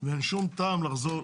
ואין שום טעם לחזור,